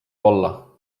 olla